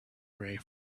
ray